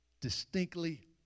distinctly